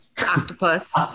octopus